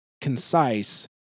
concise